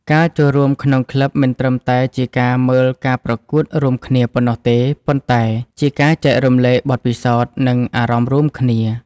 ការចូលរួមក្នុងក្លឹបមិនត្រឹមតែជាការមើលការប្រកួតរួមគ្នាប៉ុណ្ណោះទេប៉ុន្តែជាការចែករំលែកបទពិសោធន៍ និងអារម្មណ៍រួមគ្នា។